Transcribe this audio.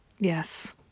Yes